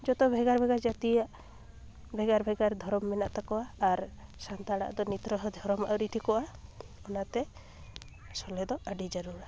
ᱡᱚᱛᱚ ᱵᱷᱮᱜᱟᱨ ᱵᱷᱮᱜᱟᱨ ᱡᱟᱹᱛᱤᱭᱟᱜ ᱵᱷᱮᱜᱟᱨ ᱵᱷᱮᱜᱟᱨ ᱫᱷᱚᱨᱚᱢ ᱢᱮᱱᱟᱜ ᱛᱟᱠᱚᱣᱟ ᱟᱨ ᱥᱟᱱᱛᱟᱲᱟᱜ ᱫᱚ ᱱᱤᱛ ᱨᱮᱦᱚᱸ ᱫᱷᱚᱨᱚᱢ ᱟᱹᱣᱨᱤ ᱴᱷᱤᱠᱚᱜᱼᱟ ᱚᱱᱟᱛᱮ ᱥᱚᱞᱦᱮ ᱫᱚ ᱟᱹᱰᱤ ᱡᱟᱹᱨᱩᱲᱟ